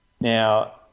Now